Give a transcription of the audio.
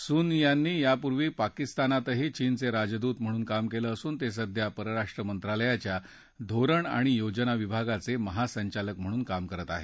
सुन यांनी यापूर्वी पाकिस्तानातही चीनचे राजदूत म्हणून काम केलं असून ते सध्या परराष्ट्र मंत्रालयाच्या धोरण आणि योजना विभागाचे महासंचालक म्हणून काम करत आहेत